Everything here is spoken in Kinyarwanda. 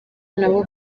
nabo